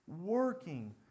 working